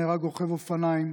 נהרג רוכב אופניים,